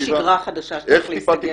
לא שגרה חדשה שעלינו להתרגל אליה.